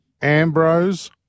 Ambrose